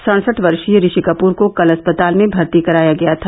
सड़सठ वर्षीय ऋषि कपूर को कल अस्पताल में भर्ती कराया गया था